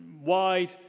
wide